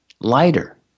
lighter